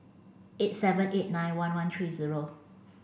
eight seven eight nine one one three zero